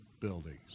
buildings